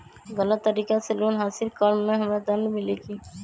गलत तरीका से लोन हासिल कर्म मे हमरा दंड मिली कि?